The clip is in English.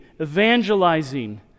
evangelizing